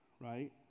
right